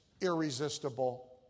irresistible